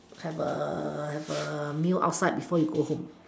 have a have a meal outside before you go home